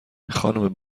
خانم